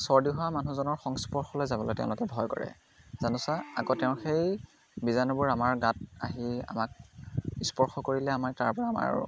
চৰ্দি হোৱা মানুহজনৰ সংস্পৰ্শলৈ যাবলৈ তেওঁলোকে ভয় কৰে জানোচা আকৌ তেওঁৰ সেই বীজাণুবোৰ আমাৰ গাত আহি আমাক স্পৰ্শ কৰিলে আমাৰ তাৰ পৰা আমাৰ